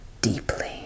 deeply